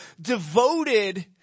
devoted